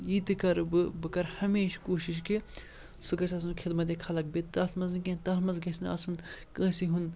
یہِ تہِ کَرٕ بہٕ بہٕ کَرٕ ہمیشہِ کوٗشِش کہِ سُہ گژھِ آسُن خدمتِ خلق بیٚیہِ تَتھ منٛز نہٕ کینٛہہ تَتھ منٛز گژھِ نہٕ آسُن کٲنٛسہِ ہُنٛد